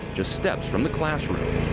just steps from the classroom.